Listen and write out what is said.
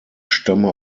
stamme